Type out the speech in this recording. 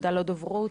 תודה לדוברות,